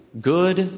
good